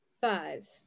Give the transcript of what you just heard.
Five